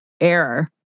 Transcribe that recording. error